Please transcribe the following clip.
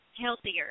healthier